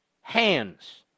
hands